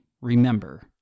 remember